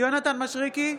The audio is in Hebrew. יונתן מישרקי,